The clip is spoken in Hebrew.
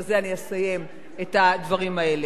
ובזה אני אסיים את הדברים האלה.